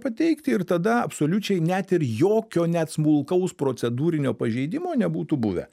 pateikti ir tada absoliučiai net ir jokio net smulkaus procedūrinio pažeidimo nebūtų buvę